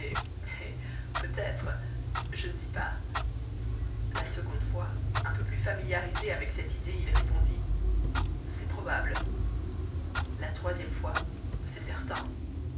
peut-être je ne dis pas la seconde fois un peu plus familiarisé avec cette idée il répondit c'est probable la troisième fois c'est certain